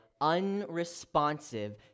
unresponsive